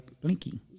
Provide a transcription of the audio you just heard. Blinky